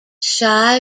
shy